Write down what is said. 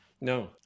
No